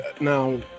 now